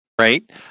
Right